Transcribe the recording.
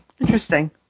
Interesting